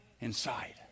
inside